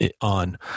on